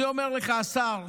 אני אומר לך, השר,